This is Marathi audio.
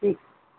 ठीक